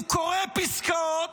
הוא קורא פסקאות,